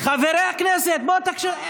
חברי הכנסת, בוא תקשיב.